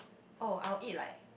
oh I will eat like